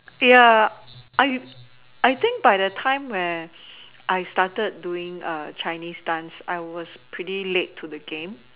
ya I I think by the time when I started doing Chinese dance I was pretty late to the game